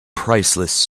priceless